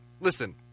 listen